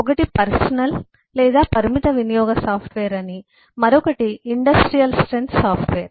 ఒకటి personal personal వ్యక్తిగత లేదా పరిమిత వినియోగ సాఫ్ట్వేర్ అని మరొకటి ఇండస్ట్రియల్ స్ట్రెంత్ సాఫ్ట్వేర్